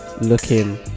looking